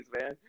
man